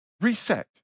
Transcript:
reset